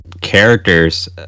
characters